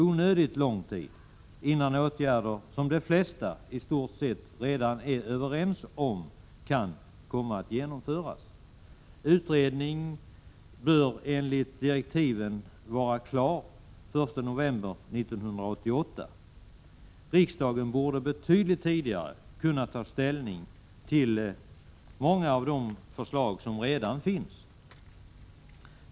onödigt lång tid — innan åtgärder, som de flesta i stort sett redan är överens om, kan komma att vidtas. Utredningen bör enligt direktiven vara klar den 1 november 1988. Men riksdagen borde betydligt tidigare kunna ta ställning till många av de förslag som redan finns.